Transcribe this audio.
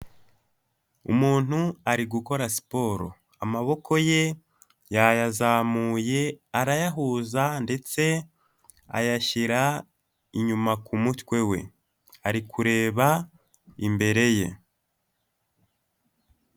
Umuntu ari gukora siporo, amaboko ye yayazamuye arayahuza ndetse ayashyira inyuma ku mutwe we, ari kureba imbere ye.